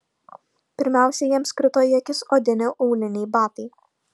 pirmiausia jiems krito į akis odiniai auliniai batai